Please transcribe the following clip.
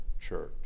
church